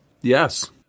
Yes